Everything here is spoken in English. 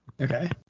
Okay